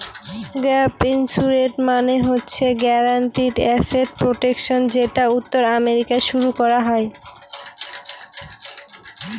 gap insurance মানে হচ্ছে guaranteed asset protection যেটা উত্তর আমেরিকায় শুরু করা হয়